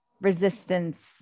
resistance